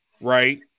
right